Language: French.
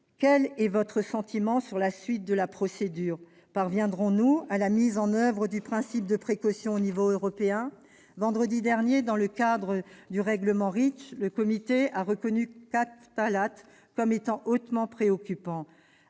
Quel est votre sentiment sur la suite de la procédure ? Parviendrons-nous à la mise en oeuvre du principe de précaution au niveau européen ? Vendredi dernier, dans le cadre du règlement REACH, le comité a reconnu quatre phtalates comme hautement préoccupants,